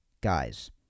guys